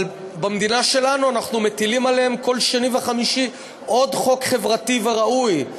אבל במדינה שלנו אנחנו מטילים עליהם כל שני וחמישי עוד חוק חברתי וראוי.